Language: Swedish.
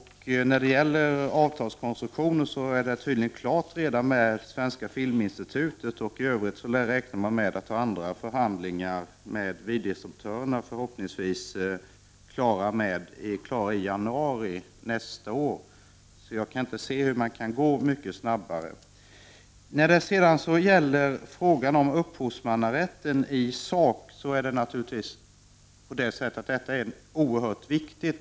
Vad beträffar avtalskonstruktionen är överenskommelsen tydligen klar med Svenska filminstitutet. I övrigt räknar man med att ha andra förhandlingar med videodistributörerna. Förhoppningsvis är förhandlingarna klara i januari nästa år. Jag kan inte se att det kan gå mycket snabbare. Upphovsmannarätten är naturligtvis i sak oerhört viktig.